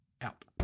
out